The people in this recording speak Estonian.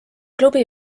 klubi